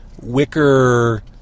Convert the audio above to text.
Wicker